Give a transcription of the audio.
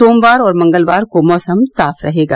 सोमवार और मंगलवार को मौसम साफ रहेगा